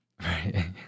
Right